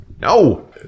no